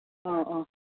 ꯑꯥ ꯑꯥ